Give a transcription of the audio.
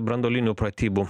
branduolinių pratybų